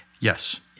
Yes